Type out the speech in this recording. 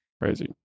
Crazy